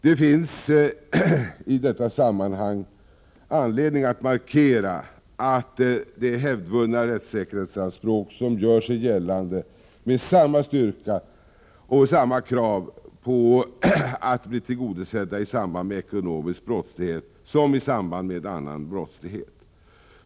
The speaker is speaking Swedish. Det finns i detta sammanhang anledning att markera att hävdvunna rättssäkerhetsanspråk gör sig gällande med samma styrka och samma krav på att bli tillgodosedda i samband med ekonomisk brottslighet som i samband med annan brottslighet.